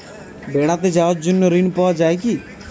বেড়াতে যাওয়ার জন্য ঋণ পাওয়া যায় কি?